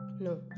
no